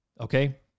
okay